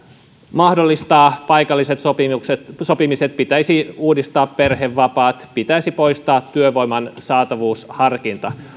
mahdollistaa paikalliset sopimiset sopimiset pitäisi uudistaa perhevapaat pitäisi poistaa työvoiman saatavuusharkinta